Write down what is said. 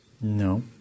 No